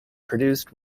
produced